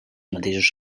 mateixos